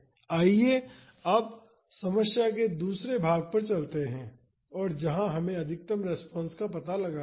आइए अब समस्या के दूसरे भाग पर चलते हैं और जहां हमें अधिकतम रिस्पांस का पता लगाना है